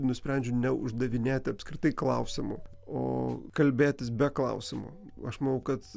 nusprendžiu neuždavinėti apskritai klausimų o kalbėtis be klausimų aš manau kad